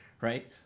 right